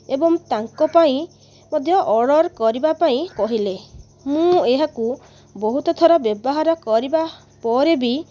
ଏବଂ ତାଙ୍କ ପାଇଁ ମଧ୍ୟ ଅର୍ଡର କରିବାପାଇଁ କହିଲେ ମୁଁ ଏହାକୁ ବହୁତଥର ବ୍ୟବହାର କରିବା ପରେ ବି